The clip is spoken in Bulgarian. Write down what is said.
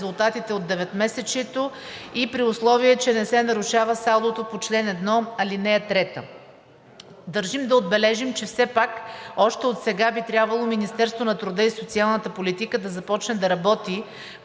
резултатите от деветмесечието, и при условие че не се нарушава салдото по чл. 1, ал. 3. Държим да отбележим, че все пак още отсега би трябвало Министерството на труда и социалната политика да започне да работи